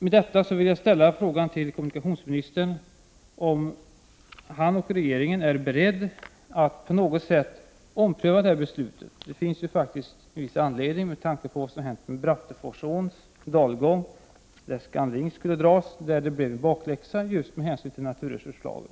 Med detta vill jag ställa frågan till kommunikationsministern om han och regeringen är beredda att på något sätt ompröva beslutet. Det finns faktiskt viss anledning med tanke på vad som hänt när det gäller Bratteforsåns dalgång, där ScanLink skulle dras och där det blev bakläxa med hänsyn till naturresurslagen.